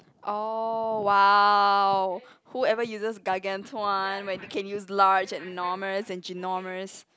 oh !wow! who ever uses gargantuan when you can use large enormous and ginormous